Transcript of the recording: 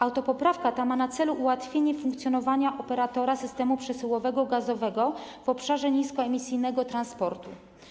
Autopoprawka ta ma na celu ułatwienie funkcjonowania operatora systemu przesyłowego gazowego w obszarze niskoemisyjnego transportu.